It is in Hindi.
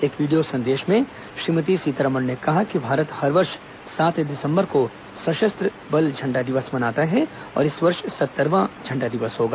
एक वीडियो संदेश में श्रीमती सीतारमण ने कहा कि भारत हर वर्ष सात दिसम्बर को सशस्त्र बल झंडा दिवस मनाता है और इस वर्ष सत्तरवां झंडा दिवस होगा